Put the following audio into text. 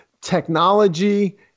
technology